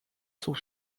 sont